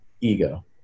ego